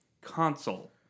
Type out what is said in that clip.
Console